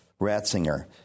Ratzinger